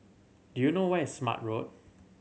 do you know where is Smart Road